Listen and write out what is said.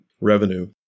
revenue